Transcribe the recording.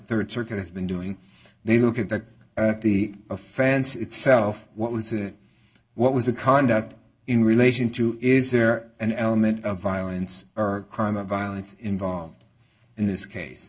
a rd circuit has been doing they look at that the a fancy itself what was it what was the conduct in relation to is there an element of violence or crime of violence involved in this case